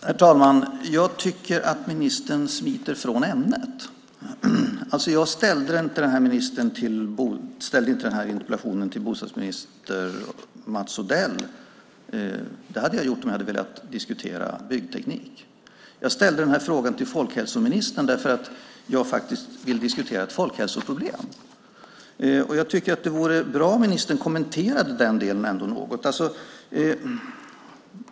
Herr talman! Jag tycker att ministern smiter från ämnet. Jag ställde inte denna interpellation till bostadsminister Mats Odell. Det hade jag gjort om jag hade velat diskutera byggteknik. Jag ställde denna interpellation till folkhälsoministern därför att jag faktiskt vill diskutera ett folkhälsoproblem. Det vore bra om ministern kommenterade den delen något.